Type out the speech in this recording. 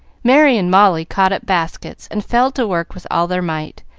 merry and molly caught up baskets and fell to work with all their might,